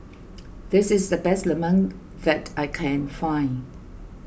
this is the best Lemang that I can find